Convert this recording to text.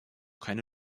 keine